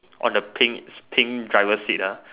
on the pink pink driver seat ah